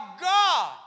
God